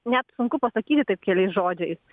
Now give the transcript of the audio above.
net sunku pasakyti keliais žodžiais